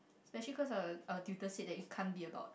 especially cause er our tutor said that it can't be about